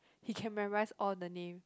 he can memorise all the name